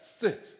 sit